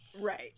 right